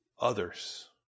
others